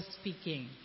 speaking